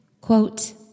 Quote